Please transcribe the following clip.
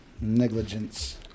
negligence